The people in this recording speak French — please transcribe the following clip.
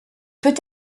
peut